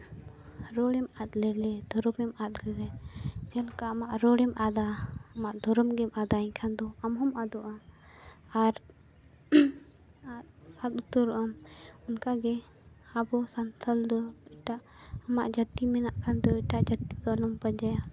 ᱨᱚᱲᱮᱢ ᱟᱫ ᱞᱮᱨᱮ ᱫᱷᱚᱨᱚᱢᱮᱢ ᱟᱫ ᱞᱮᱨᱮ ᱡᱮᱞᱮᱠᱟ ᱟᱢᱟᱜ ᱨᱚᱲᱮᱢ ᱟᱫᱼᱟ ᱟᱢᱟᱜ ᱫᱷᱚᱨᱚᱢ ᱜᱮᱢ ᱟᱫᱼᱟ ᱮᱱᱠᱷᱟᱱ ᱫᱚ ᱟᱢ ᱦᱚᱢ ᱟᱫᱚᱜᱼᱟ ᱟᱨ ᱟᱫ ᱩᱛᱟᱹᱨᱚᱜ ᱟᱢ ᱚᱱᱠᱟᱜᱮ ᱟᱵᱚ ᱥᱟᱱᱛᱟᱲ ᱫᱚ ᱮᱴᱟᱜ ᱟᱢᱟᱜ ᱡᱟᱹᱛᱤ ᱢᱮᱱᱟᱜ ᱠᱷᱟᱱ ᱫᱚ ᱮᱴᱟᱜ ᱡᱟᱹᱛᱤ ᱫᱚ ᱟᱞᱚᱢ ᱯᱟᱸᱡᱟᱭᱟ